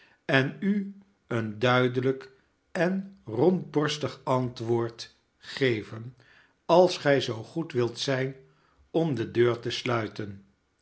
en u een duidelijk en rondborstig antwoord geven als gij zoo goed wilt zijn om de deur te sluiten